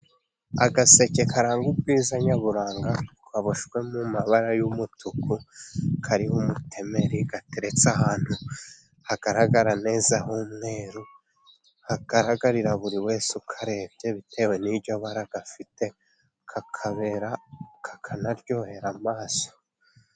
Agaseke karanga ubwiza nyaburanga kaboshywe mu mabara y'umutuku, kariho umutemeri gateretse ahantu hagaragara neza h'umweru, hagaragarira buri wese ukarebye bitewe n'iryo bara gafite kakabera kakanaryohera amaso.